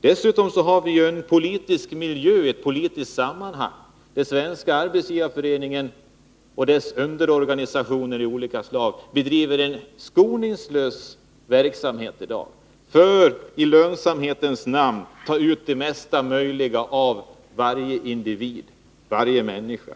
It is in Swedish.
Vi har ju dessutom i dag en politisk miljö där Svenska arbetsgivareföreningen och dess underorganisationer av olika slag bedriver en skoningslös verksamhet för att i lönsamhetens namn ta ut det mesta möjliga av varje individ, varje människa.